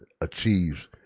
achieves